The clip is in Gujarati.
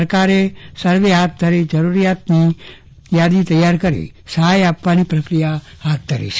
સરકારે સર્વે હાથ ધરી જરૂરિયાતની યાદી તૈયાર કરી સહાય આપવાની પ્રક્રિયા હાથ ધરી છે